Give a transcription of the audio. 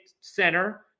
center